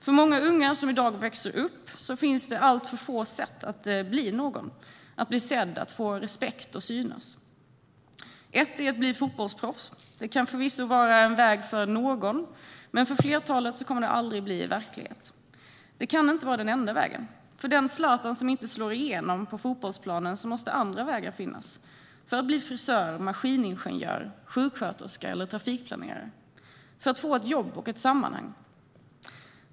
För många unga som växer upp i dag finns det alltför få sätt att bli någon, att bli sedd, att få respekt och synas. Ett är att bli fotbollsproffs. Det kan förvisso vara en väg för någon, men för flertalet kommer det aldrig att bli verklighet. Det kan inte vara den enda vägen. För den Zlatan som inte slår igenom på fotbollsplanen måste andra vägar finnas för att bli frisör, maskiningenjör, sjuksköterska eller trafikplanerare - för att få ett jobb och ett sammanhang.